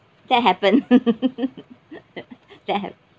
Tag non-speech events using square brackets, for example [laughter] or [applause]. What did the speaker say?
that happen [laughs] that happen